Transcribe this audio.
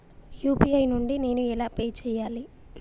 UPI నుండి నేను ఎలా పే చెయ్యాలి?